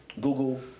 Google